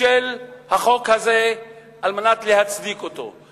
של החוק הזה על מנת להצדיק אותו.